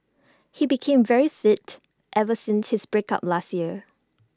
he became very fit ever since his break up last year